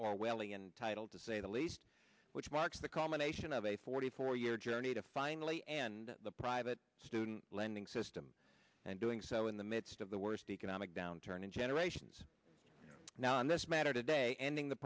orwellian title to say the least which marks the culmination of a forty four year journey to finally end the private student lending system and doing so in the midst of the worst economic downturn in generations now on this matter today ending the